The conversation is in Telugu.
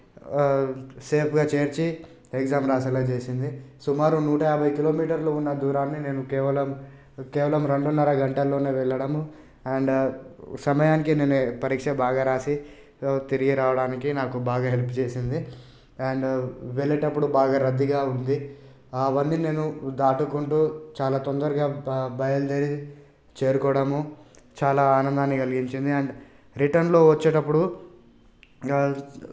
సేఫ్గా చేర్చి ఎగ్జామ్ రాసేలా చేసింది సుమారు నూట యాభై కిలోమీటర్లు ఉన్న దూరాన్ని నేను కేవలం కేవలం రెండున్నర గంటల్లోనే వెళ్లడము అండ్ సమయానికి నేనే పరీక్ష బాగా రాసి తిరిగి రావడానికి నాకు బాగా హెల్ప్ చేసింది అండ్ వెళ్లేటప్పుడు బాగా రద్దీగా ఉంది అవన్నీ నేను దాటుకుంటూ చాలా తొందరగా బ బయలుదేరి చేరుకోవడము చాలా ఆనందాన్ని కలిగించింది అండ్ రిటర్న్లో వచ్చేటప్పుడు